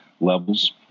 levels